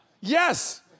Yes